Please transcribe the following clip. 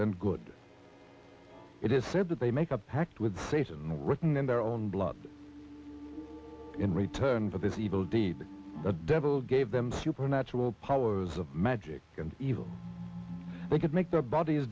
and good it is said that they make a pact with satan written in their own blood in return for this evil deed the devil gave them supernatural powers of magic and evil they could make their bodies